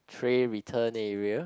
tray return area